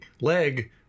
leg